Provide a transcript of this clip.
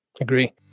agree